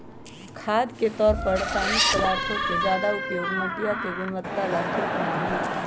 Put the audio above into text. खाद के तौर पर रासायनिक पदार्थों के ज्यादा उपयोग मटिया के गुणवत्ता ला ठीक ना हई